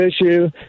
issue